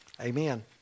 Amen